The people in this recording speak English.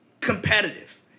competitive